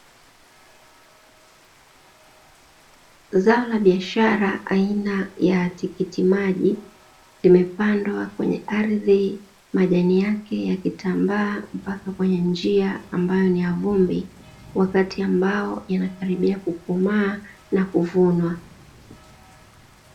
Zao la biashara aina ya tikiti maji limepandwa kwenye ardhi, majani yake yakitambaa mpaka kwenye njia ambayo ni ya vumbi wakati ambao yanatarajia kukomaa na kuvunwa.